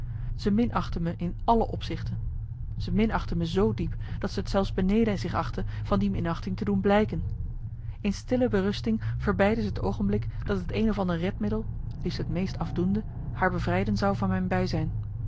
ze minachtte me in alle opzichten ze minachtte me z diep dat ze t zelfs beneden zich achtte van die minachting te doen blijken in stille berusting verbeidde ze het oogenblik dat het een of ander redmiddel liefst het meest afdoende haar bevrijden zou van mijn bijzijn